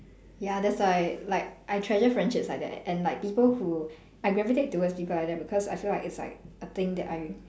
ya that's why like I treasure friendships like that and like people who I gravitate towards people like that because I feel like it's like a thing that I